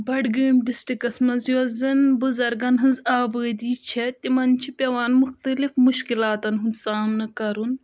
بڈگٲمۍ ڈِسٹرکَس منٛز یۄس زَن بُزَرگَن ہٕنٛز آبٲدی چھےٚ تِمَن چھِ پٮ۪وان مُختلِف مُشکِلاتَن ہُنٛد سامنہٕ کَرُن